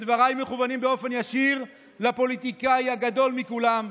דבריי מכוונים באופן ישיר לפוליטיקאי הגדול מכולם,